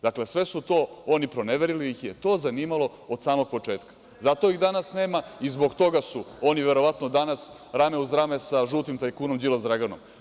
Dakle, sve su to oni proneverili jer ih je to zanimalo od samog početka i zato ih danas nema i zbog toga su oni verovatno danas rame uz rame sa žutim tajkunom Đilas Draganom.